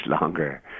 longer